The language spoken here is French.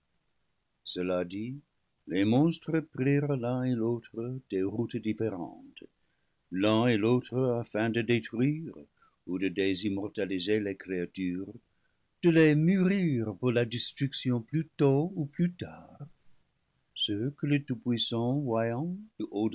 cela dit les monstres prirent l'un et l'autre des routes différentes l'un et l'autre afin de détruire ou de désimmortaliser les créatures de les mûrir pour la destruction plus tôt ou plus tard ce que le tout-puissant voyant du